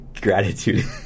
Gratitude